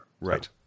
right